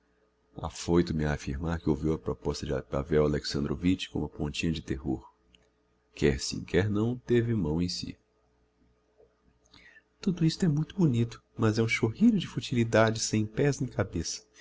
palmo afoito me a affirmar que ouviu a proposta de pavel alexandrovitch com uma pontinha de terror quer sim quer não teve mão em si tudo isso é muito bonito mas é um chorrilho de futilidades sem pés nem cabeça